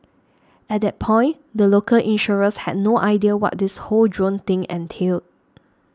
at that point the local insurers had no idea what this whole drone thing entailed